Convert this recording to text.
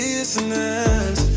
Business